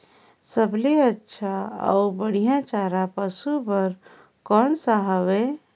सबले अच्छा अउ बढ़िया चारा पशु बर कोन सा हवय?